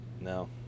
No